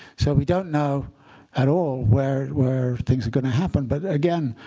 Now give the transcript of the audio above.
so we don't know at all where where things are going to happen. but again,